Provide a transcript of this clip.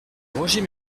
roger